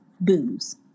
booze